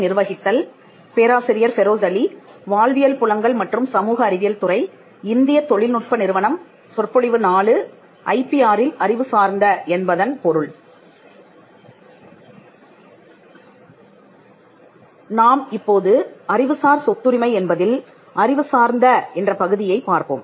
நாம் இப்போது அறிவுசார் சொத்துரிமை என்பதில் அறிவுசார்ந்த என்ற பகுதியைப் பார்ப்போம்